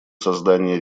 создания